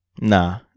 Nah